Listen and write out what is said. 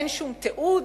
אין שום תיעוד,